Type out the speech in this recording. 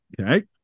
Okay